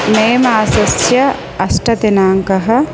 मे मासस्य अष्टमदिनाङ्कः